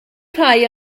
rhai